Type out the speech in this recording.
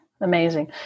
Amazing